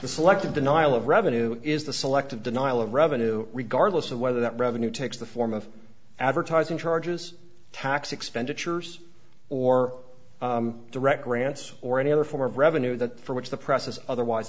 the selective denial of revenue is the selective denial of revenue regardless of whether that revenue takes the form of advertising charges tax expenditures or direct grants or any other form of revenue that for which the press is otherwise